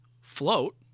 float